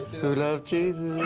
who loves jesus?